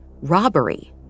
robbery